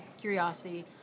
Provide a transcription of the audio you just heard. curiosity